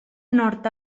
nord